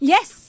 Yes